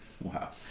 Wow